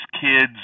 kids